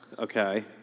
Okay